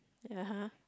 ya